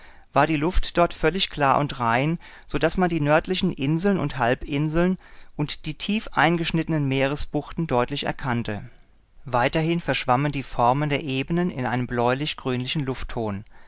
war die luft dort völlig klar und rein so daß man die nördlichen inseln und halbinseln und die tief eingeschnittenen meeresbuchten deutlich erkannte weiterhin verschwammen die formen der ebenen in einem bläulich grünlichen luftton